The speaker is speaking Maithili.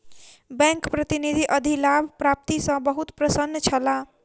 बैंक प्रतिनिधि अधिलाभ प्राप्ति सॅ बहुत प्रसन्न छला